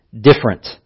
different